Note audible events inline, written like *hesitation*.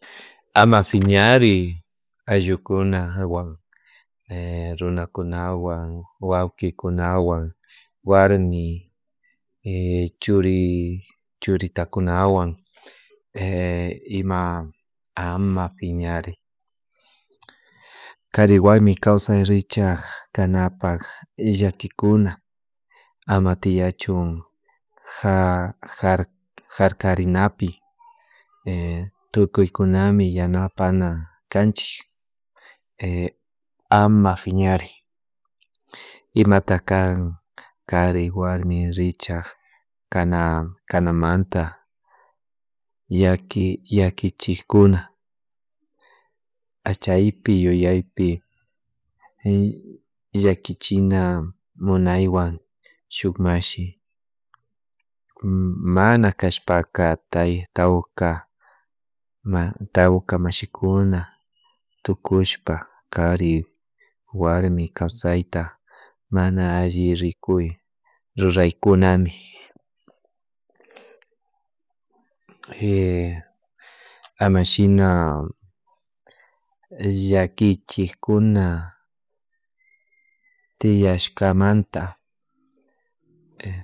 *hesitation* ama piñari ayallukunawan *hesitation* runakunaway, wakikunawan warmi *hesitation* churi *hesitation* churitakuanwan *hesitation* ima ama piñari kari warmi kawsay rikchay kanapak y llakikuna ama tiachun ha *hesitation* harkarinapi *hesitation* tukuykunami yanapana kanchik *hesitation* ama piñari imatak ka kari warmi richak kana kanamanta yaki yakichikkuna achaypi yuyaypi *hesitation* llakichina munaywan shuk mashik mana cashpaka *hesitation* tawka *hesitation* tawka mashikuna tukushpa kari warmi kawsayta mana alli rikuy ruraykunami *hesitation* ama shina llakichikkuna tiashkamanta